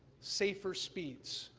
safer speeds,